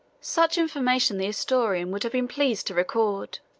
such information the historian would have been pleased to record